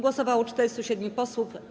Głosowało 407 posłów.